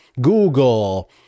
google